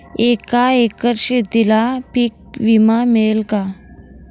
एका एकर शेतीला पीक विमा मिळेल का?